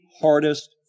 hardest